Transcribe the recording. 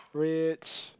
rich